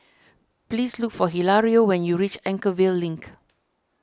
please look for Hilario when you reach Anchorvale Link